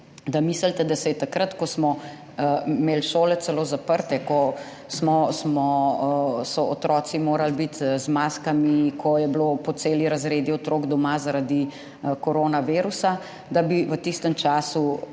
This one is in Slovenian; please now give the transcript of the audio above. mislite, da bi takrat, ko smo imeli šole celo zaprte, ko so otroci morali biti z maskami, ko so bili po celi razredi otrok doma zaradi koronavirusa, da bi v tistem času